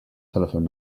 telephone